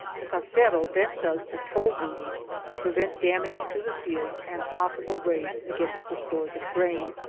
the casero then does patrol-duty to prevent damage to the fields and possible raids against the stores of grain,